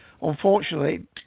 unfortunately